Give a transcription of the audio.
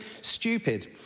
stupid